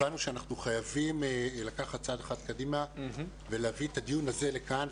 הבנו שאנחנו חייבים לקחת צעד אחד קדימה ולהביא את הדיון הזה לכאן.